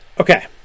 Okay